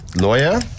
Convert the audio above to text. Lawyer